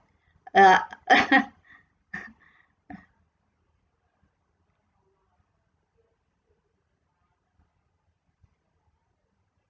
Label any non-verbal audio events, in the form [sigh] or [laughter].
err [laughs]